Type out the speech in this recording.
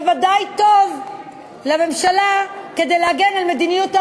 ודאי טוב לממשלה כדי להגן על מדיניות ההגירה.